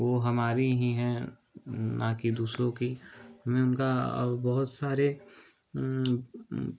वो हमारी हीं हैं ना कि दूसरों की मैं उनका बहुत सारे